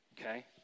Okay